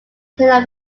cannot